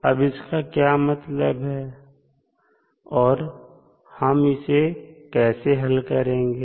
अब इसका क्या मतलब है और हम इसे कैसे हल करेंगे